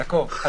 יעקב,